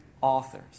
authors